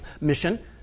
mission